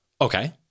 Okay